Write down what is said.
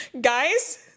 guys